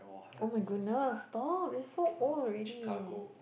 [oh]-my-goodness stop they so old already